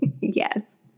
yes